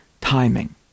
timing